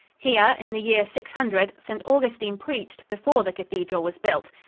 here, in the year six hundred, st. augustine preached before the cathedral was built.